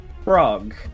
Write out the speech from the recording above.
frog